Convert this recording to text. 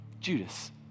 Judas